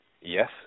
Yes